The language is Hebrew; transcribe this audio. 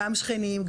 גם שכנים,